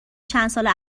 چندسال